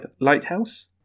lighthouse